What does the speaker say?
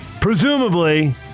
Presumably